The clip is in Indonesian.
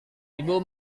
ibu